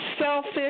selfish